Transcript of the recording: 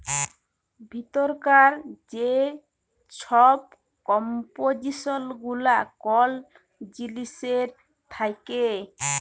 ভিতরকার যে ছব কম্পজিসল গুলা কল জিলিসের থ্যাকে